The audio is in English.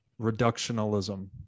reductionalism